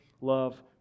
love